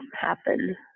happen